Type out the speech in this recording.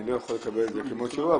אני לא יכול לקבל את זה כמות שהוא,